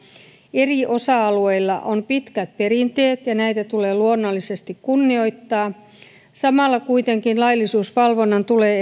eri osa alueilla on pitkät perinteet ja näitä tulee luonnollisesti kunnioittaa samalla kuitenkin laillisuusvalvonnan tulee